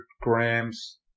grams